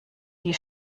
die